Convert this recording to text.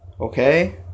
okay